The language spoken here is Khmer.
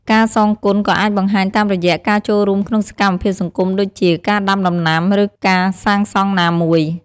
ការសងគុណក៏អាចបង្ហាញតាមរយៈ ការចូលរួមក្នុងសកម្មភាពសង្គមដូចជា ការដាំដំណាំ ឬការសាងសង់ណាមួយ។